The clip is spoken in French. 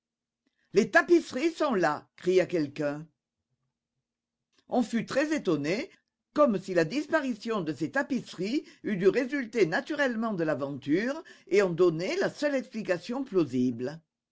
les tapisseries sont là cria quelqu'un on fut très étonné comme si la disparition de ces tapisseries eût dû résulter naturellement de l'aventure et en donner la seule explication plausible